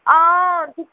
हां